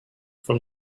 from